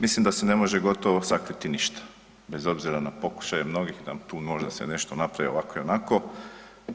Mislim da se ne može gotovo sakriti ništa bez obzira na pokušaje mnogih da tu možda se nešto napravi i ovako i onako